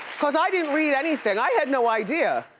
cause i didn't read anything. i had no idea.